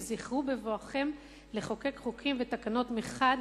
וזכרו בבואכם לחוקק חוקים ותקנות מחד